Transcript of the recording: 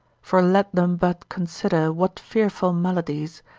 for let them but consider what fearful maladies,